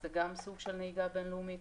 זה גם סוג של נהיגה בין-לאומית.